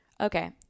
Okay